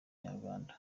inyarwanda